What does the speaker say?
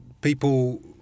People